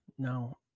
No